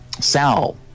Sal